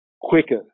quicker